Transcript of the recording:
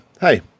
hey